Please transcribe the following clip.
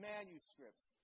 Manuscripts